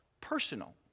personal